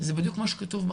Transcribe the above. זה בדיוק מה שכתוב בחוק.